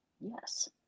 Yes